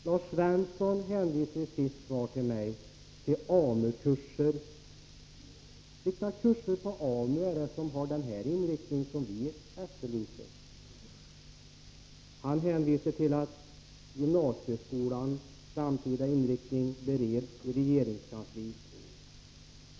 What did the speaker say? Lars Svensson hänvisade i sitt svar på min fråga till AMU-kurser. Vilka kurser på AMU har den inriktning som vi efterlyser? Han hänvisar till att gymnasieskolans framtida inriktning bereds i regeringskansliet.